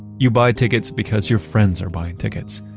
you buy tickets because your friends are buying tickets.